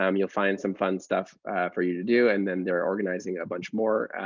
um you'll find some fun stuff for you to do. and then they're organizing a bunch more.